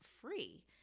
free